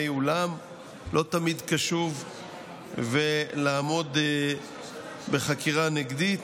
אולם לא תמיד קשוב ולעמוד בחקירה נגדית.